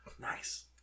Nice